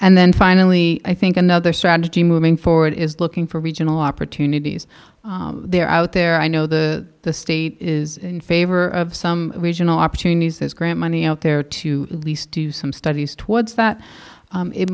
and then finally i think another strategy moving forward is looking for regional opportunities there are out there i know the the state is in favor of some regional opportunities this grant money out there to lease to some studies towards that